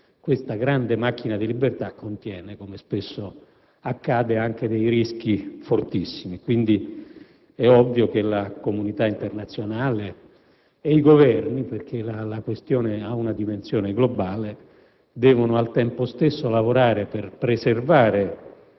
alle generazioni precedenti, contiene, come spesso accade, anche dei rischi fortissimi. Quindi, è ovvio che la comunità internazionale e i Governi, perché la questione ha una dimensione globale, devono lavorare per preservare